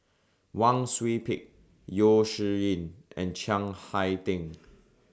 Wang Sui Pick Yeo Shih Yun and Chiang Hai Ding